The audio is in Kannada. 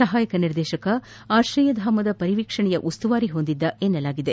ಸಹಾಯಕ ನಿರ್ದೇಶಕ ಆಶ್ರಯಧಾಮದ ಪರಿವೀಕ್ಷಣೆಯ ಉಸ್ತುವಾರಿ ಹೊಂದಿದ್ದ ಎನ್ನಲಾಗಿದೆ